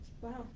Wow